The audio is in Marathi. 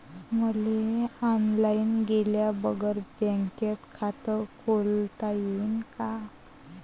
मले ऑनलाईन गेल्या बगर बँकेत खात खोलता येईन का?